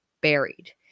buried